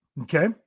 Okay